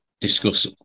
discuss